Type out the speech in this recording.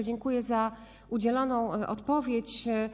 Dziękuję za udzieloną odpowiedź.